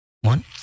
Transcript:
One